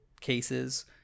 cases